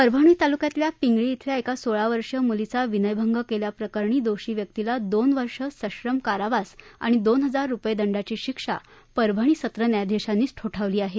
परभणी तालुक्यातल्या पिंगळी येथील एका सोळा वर्षीय मुलीचा विनयभंग केल्याच्या प्रकरणी दोषी व्यक्तीला याला दोन वर्षे सश्रम कारावास आणि दोन हजार रुपये दंडाची शिक्षा परभणी सत्र न्यायाधिशांनी ठोठावली आहे